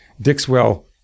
Dixwell